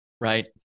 Right